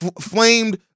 flamed